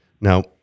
Now